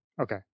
Okay